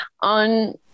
on